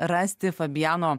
rasti fabiano